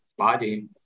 body